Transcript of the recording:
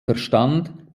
verstand